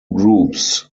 groups